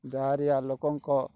diarrhoea ଲୋକଙ୍କ